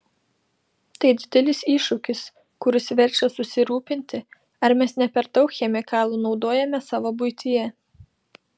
tai didelis iššūkis kuris verčia susirūpinti ar mes ne per daug chemikalų naudojame savo buityje